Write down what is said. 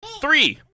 Three